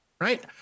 Right